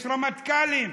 יש רמטכ"לים,